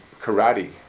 karate